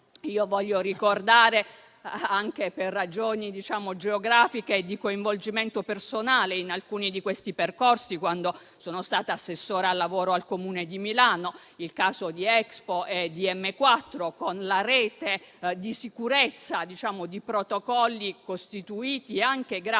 Voglio ricordare, anche per ragioni geografiche e di coinvolgimento personale in alcuni di questi percorsi, quando sono stata assessora al lavoro al Comune di Milano, il caso di Expo e di M4, con la rete di sicurezza di protocolli costituiti anche grazie